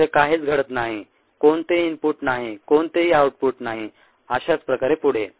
दुसरे काहीच घडत नाही कोणतेही इनपुट नाही कोणतेही आउटपुट नाही अशाच प्रकारे पुढे